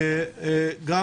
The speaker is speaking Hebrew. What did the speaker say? התשע"ט-2018.